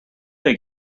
beg